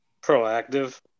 proactive